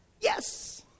yes